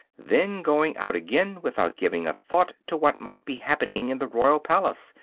then going out again without giving a thought to what might be happening in the royal palace,